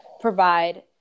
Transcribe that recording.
provide